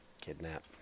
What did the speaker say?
kidnap